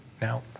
Now